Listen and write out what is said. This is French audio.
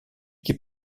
qui